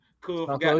cool